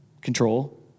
Control